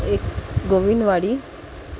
एक गोविंद वाडी